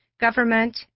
government